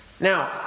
now